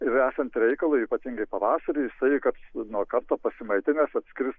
ir esant reikalui ypatingai pavasariį jisai karts nuo karto pasimaitinęs atskris